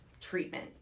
treatment